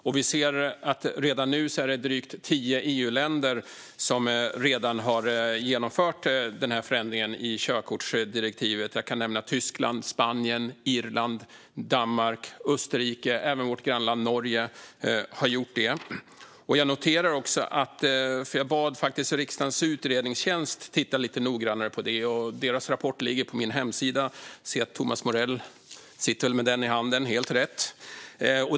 Redan nu kan vi se att drygt tio EU-länder har genomfört den här förändringen i körkortsdirektivet. Jag kan nämna Tyskland, Spanien, Irland, Danmark och Österrike. Även vårt grannland Norge har gjort det. Jag har bett Riksdagens utredningstjänst att titta lite noggrannare på detta. Deras rapport ligger på min hemsida - jag ser att Thomas Morell sitter med den i handen, helt rätt.